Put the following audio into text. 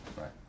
Right